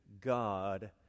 God